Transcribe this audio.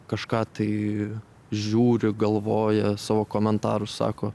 kažką tai žiūri galvoja savo komentarus sako